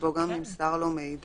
שבו גם נמסר לו מידע,